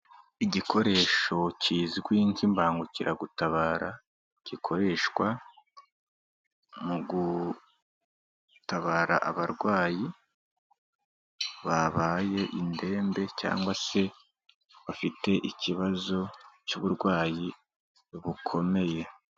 Igikoresho kizwi nk'imbangukiragutabara, gikoreshwa mu gutabara abarwayi babaye indembe cyangwa se bafite ikibazo cy'uburwayi bukomeye.